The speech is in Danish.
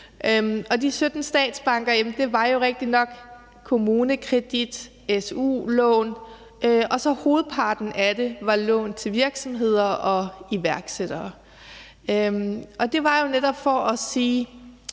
De 17 statsbanker var jo rigtignok KommuneKredit og su-lån, og hovedparten af det var lån til virksomheder og iværksættere.